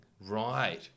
Right